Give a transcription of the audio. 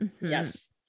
yes